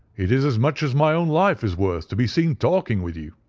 it is as much as my own life is worth to be seen talking with you.